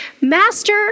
Master